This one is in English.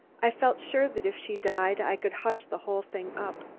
i felt sure that if she died i could hush the whole thing up.